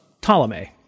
Ptolemy